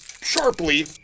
sharply